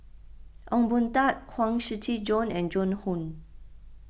Ong Boon Tat Huang Shiqi Joan and Joan Hon